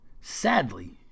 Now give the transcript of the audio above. sadly